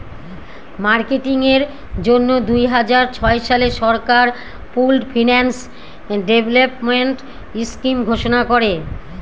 marketing এর জন্য দুই হাজার ছয় সালে সরকার পুল্ড ফিন্যান্স ডেভেলপমেন্ট স্কিম ঘোষণা করে